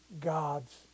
God's